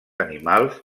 animals